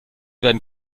werden